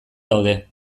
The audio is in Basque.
daude